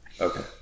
Okay